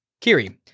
Kiri